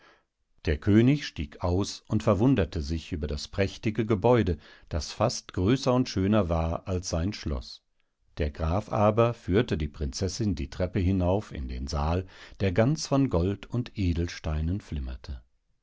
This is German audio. der könig stieg aus und verwunderte sich über das prächtige gebäude das fast größer und schöner war als sein schloß der graf aber führte die prinzessin die treppe hinauf in den saal der ganz von gold und edelsteinen flimmerte